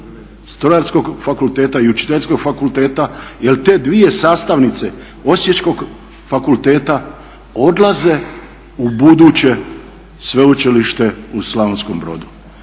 Strojarskog fakulteta i Učiteljskog fakulteta. Jer te dvije sastavnice osječkog fakulteta odlaze u buduće sveučilište u Slavonskom Brodu.